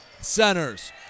centers